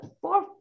four